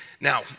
Now